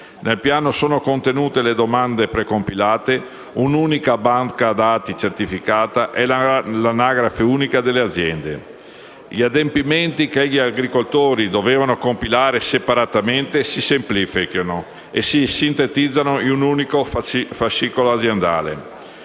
Nel piano sono contenute le domande precompilate, un'unica banca dati certificata e l'anagrafe unica delle aziende. Gli adempimenti che gli agricoltori dovevano compilare separatamente si semplificano e si sintetizzano in un unico fascicolo aziendale.